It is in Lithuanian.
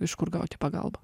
iš kur gauti pagalbą